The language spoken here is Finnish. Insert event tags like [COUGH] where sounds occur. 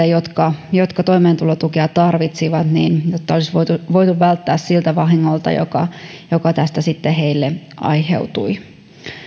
[UNINTELLIGIBLE] jotka toimeentulotukea tarvitsivat olisi voitu voitu välttyä siltä vahingolta joka joka tästä sitten heille aiheutui